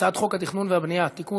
הצעת חוק התכנון והבנייה (תיקון,